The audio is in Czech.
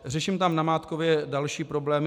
Řeším tam, namátkově, další problémy.